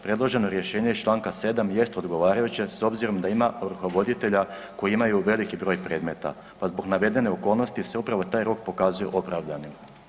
Predloženo rješenje iz čl. 7. jest odgovarajuće s obzirom da ima ovrhovoditelja koji imaju veliki broj predmeta pa zbog navedene okolnosti se upravo taj rok pokazuje opravdanima.